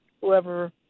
whoever